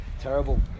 Terrible